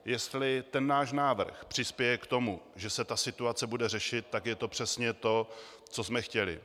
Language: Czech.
Jestli ten náš návrh přispěje k tomu, že se ta situace bude řešit, tak je to přesně to, co jsme chtěli.